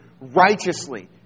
righteously